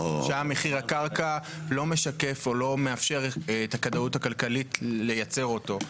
שם מחיר הקרקע לא משקף או לא מאפשר את הכדאיות הכלכלית לייצר אותו.